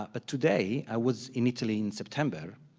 ah but today, i was in italy in september,